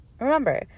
Remember